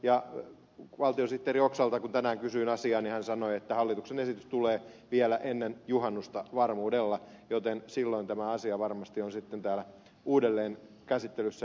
valtiosihteeri oksalalta kun tänään kysyin asiaa niin hän sanoi että hallituksen esitys tulee vielä ennen juhannusta varmuudella joten silloin tämä asia varmasti on sitten täällä uudelleen käsittelyssä